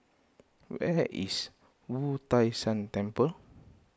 where is Wu Tai Shan Temple